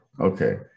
Okay